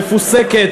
מפוסקת,